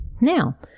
Now